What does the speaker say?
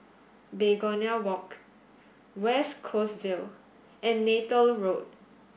Begonia Walk West Coast Vale and Neythal Road